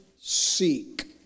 seek